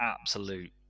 absolute